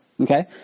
Okay